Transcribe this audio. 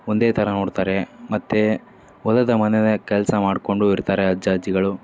ಒಂದೇ ಥರ ನೋಡ್ತಾರೆ ಮತ್ತು ಹೊಲದ ಮನೆಯ ಕೆಲಸ ಮಾಡಿಕೊಂಡು ಇರ್ತಾರೆ ಅಜ್ಜ ಅಜ್ಜಿಗಳು